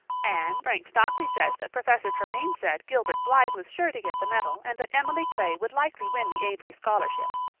anne, frank stockley says that professor tremaine said gilbert blythe was sure to get the medal and that emily clay would likely win the avery scholarship.